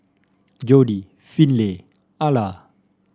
Jordi Finley Ala